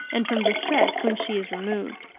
and from distress when she is removed.